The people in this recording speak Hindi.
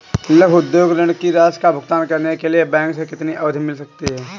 लघु उद्योग ऋण की राशि का भुगतान करने के लिए बैंक से कितनी अवधि मिल सकती है?